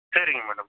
சரிங்க மேடம்